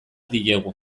diegu